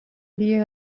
liés